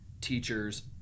teachers